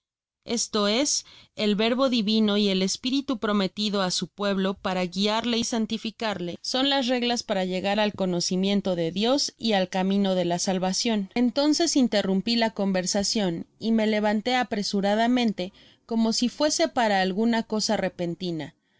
esto es el verbo di tino y el espíritu prometido á su pueblo para guiarle y santificarle son las regias para llegar al conocv miento de dios y al camino de la salvacion content from google book search generated at content from google book search generated at entonces interrumpí la conversacion y me levanté apresuradamente como si fuese para alguna cosa repentina